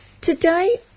Today